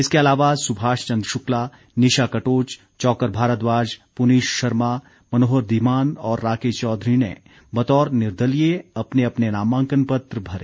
इसके अलावा सुभाष चंद शुक्ला निशा कटोच चौक्कर भारद्वाज पुनीश शर्मा मनोहर धीमान और राकेश चौधरी ने बतौर निर्दलीय अपने अपने नामांकन पत्र भरे